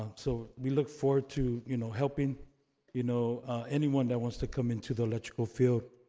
um so, we look forward to you know helping you know anyone that wants to come into the electrical field,